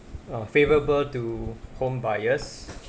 err favourable to home buyers